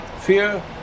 fear